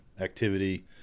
activity